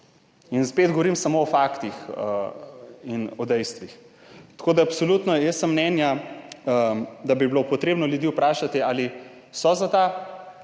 Spet govorim samo o faktih in o dejstvih. Absolutno, jaz sem mnenja, da bi bilo treba ljudi vprašati, ali so za ta